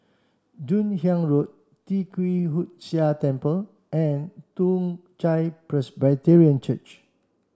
Joon Hiang Road Tee Kwee Hood Sia Temple and Toong Chai Presbyterian Church